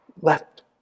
left